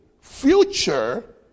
future